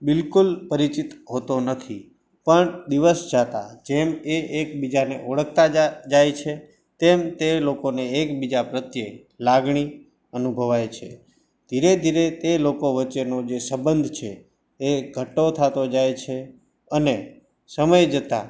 બિલકુલ પરિચિત હોતો નથી પણ દિવસ જતાં જેમ એ એકબીજાને ઓળખતા જા જાય છે